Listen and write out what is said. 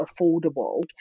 affordable